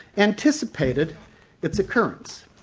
anticipated its occurrence,